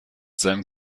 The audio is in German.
seinem